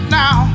now